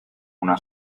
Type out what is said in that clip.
una